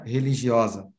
Religiosa